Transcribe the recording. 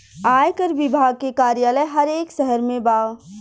आयकर विभाग के कार्यालय हर एक शहर में बा